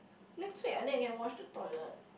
next week I think I can wash the toilet